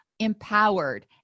empowered